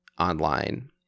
online